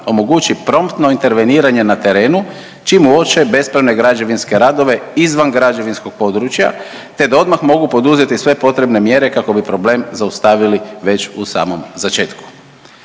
omogući promptno interveniranje na terenu čim uoče bespravne građevinske radove izvan građevinskog područja te da odmah mogu poduzeti sve potrebne mjere kako bi problem zaustavili već u samom začetku.